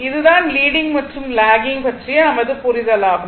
இது தான் லீடிங் மற்றும் லாகிங் பற்றிய நமது புரிதல் ஆகும்